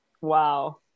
Wow